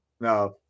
No